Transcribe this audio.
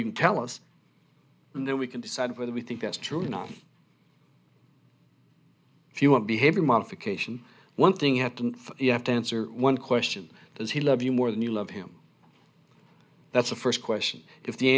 you can tell us and then we can decide whether we think that's true you know if you want behavior modification one thing at and you have to answer one question does he love you more than you love him that's a first question if the